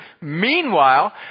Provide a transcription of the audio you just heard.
Meanwhile